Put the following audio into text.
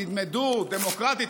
תלמדו: דמוקרטית,